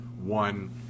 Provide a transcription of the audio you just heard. one